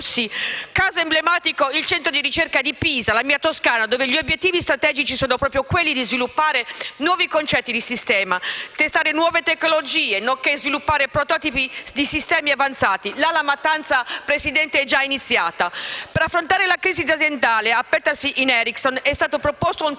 Caso emblematico è il centro di ricerche di Pisa, nella mia Toscana, dove gli obiettivi strategici sono proprio quelli di sviluppare nuovi concetti di sistema, testare nuove tecnologie, nonché sviluppare prototipi di sistemi avanzati. Là la mattanza, signor Presidente, è già iniziata. Per affrontare la crisi aziendale apertasi in Ericsson, è stato proposto un